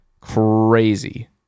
crazy